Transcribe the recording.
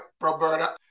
Roberta